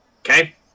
Okay